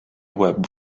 web